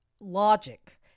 logic